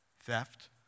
theft